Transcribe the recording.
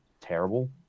terrible